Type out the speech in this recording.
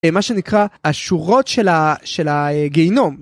מה שנקרא השורות של הגיהינום.